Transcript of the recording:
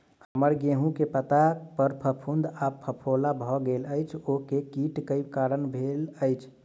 हम्मर गेंहूँ केँ पत्ता पर फफूंद आ फफोला भऽ गेल अछि, ओ केँ कीट केँ कारण भेल अछि?